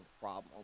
problem